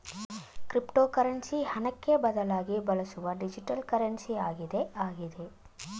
cryptocurrency ಹಣಕ್ಕೆ ಬದಲಾಗಿ ಬಳಸುವ ಡಿಜಿಟಲ್ ಕರೆನ್ಸಿ ಆಗಿದೆ ಆಗಿದೆ